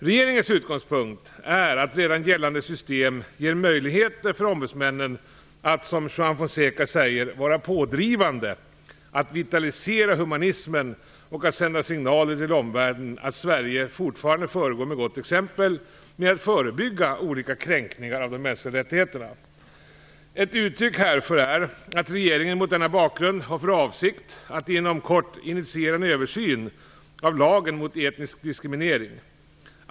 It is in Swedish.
Regeringens utgångspunkt är att redan gällande system ger möjligheter för ombudsmännen att, som Juan Fonseca säger, vara "pådrivande", att "vitalisera humanismen" och att sända "signaler till omvärlden att Sverige fortfarande föregår med gott exempel med att förebygga olika kränkningar av de mänskliga rättigheterna". Ett uttryck härför är att regeringen mot denna bakgrund har för avsikt att inom kort initiera en översyn av lagen mot etnisk diskriminering.